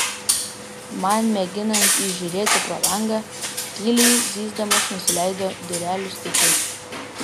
man mėginant įžiūrėti pro langą tyliai zyzdamas nusileido durelių stiklas